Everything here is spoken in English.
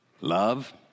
Love